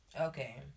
Okay